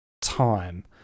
time